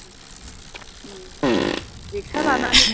लेखा लानानै